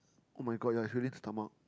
oh my god yeah it's really stomach